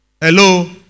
Hello